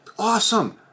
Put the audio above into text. Awesome